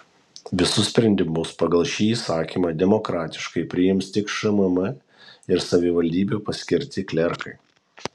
visus sprendimus pagal šį įsakymą demokratiškai priims tik šmm ir savivaldybių paskirti klerkai